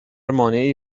مانعی